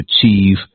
achieve